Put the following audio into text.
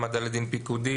העמדה לדין פיקודי,